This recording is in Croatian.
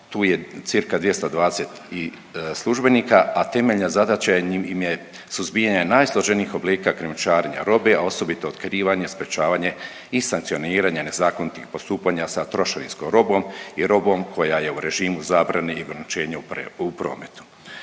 tu je cca. 220 službenika, a temeljna zadaća im je suzbijanje najsloženijih oblika krijumčarenja robe, a osobito otkrivanje, sprječavanje i sankcioniranje nezakonitih postupanja sa trošarinskom robom i robom koja je u režimu zabrane i ograničenja u prometu.